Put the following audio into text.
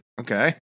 okay